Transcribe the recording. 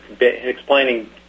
explaining